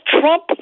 Trump